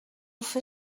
fer